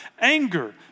anger